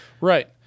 right